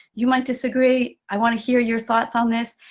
you might disagree. i want to hear your thoughts on this.